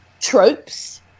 tropes